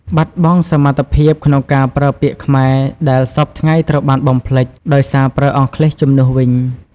បាត់បង់សមត្ថភាពក្នុងការប្រើពាក្យខ្មែរដែលសព្វថ្ងៃត្រូវបានបំភ្លេច ដោយសារប្រើអង់គ្លេសជំនួសវិញ។